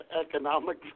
economic